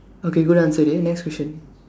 okay good answer dey next question